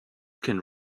can